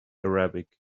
arabic